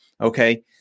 okay